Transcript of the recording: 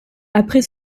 après